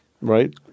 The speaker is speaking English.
Right